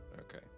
Okay